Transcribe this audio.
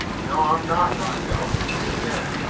no. i'm not naughty. i'll scream again.